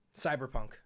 Cyberpunk